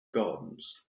gardens